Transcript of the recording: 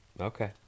Okay